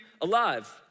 alive